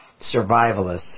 survivalists